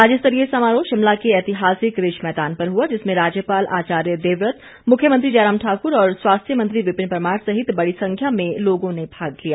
राज्य स्तरीय समारोह शिमला के ऐतिहासिक रिज मैदान पर हुआ जिसमें राज्यपाल आचार्य देवव्रत मुख्यमंत्री जयराम ठाकुर और स्वास्थ्य मंत्री विपिन परमार सहित बड़ी संख्या में लोगों ने भाग लिया